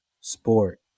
sport